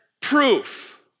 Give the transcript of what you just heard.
proof